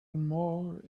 more